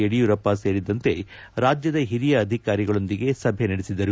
ಯಡಿಯೂರಪ್ಪ ಸೇರಿದಂತೆ ರಾಜ್ಯದ ಹಿರಿಯ ಅಧಿಕಾರಿಗಳೊಂದಿಗೆ ಸಭೆ ನಡೆಸಿದರು